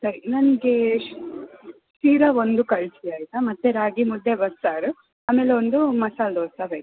ಸರಿ ನನಗೆ ಶಿರಾ ಒಂದು ಕಳಿಸಿ ಆಯಿತಾ ಮತ್ತು ರಾಗಿ ಮುದ್ದೆ ಬಸ್ಸಾರು ಆಮೇಲೆ ಒಂದು ಮಸಾಲೆ ದೋಸೆ ಬೇಕು